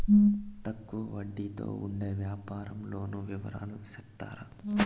తక్కువ వడ్డీ తో ఉండే వ్యవసాయం లోను వివరాలు సెప్తారా?